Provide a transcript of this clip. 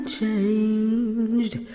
changed